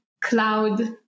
cloud